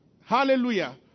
Hallelujah